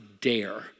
dare